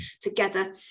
together